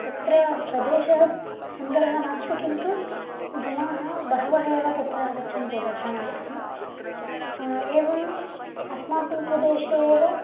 तत्र प्रदेशः सुन्दरः नास्ति किन्तु जनाः बहवः एव तत्र आगच्छन्ति दर्शनार्थम् एवम् अस्माकं प्रदेशे एव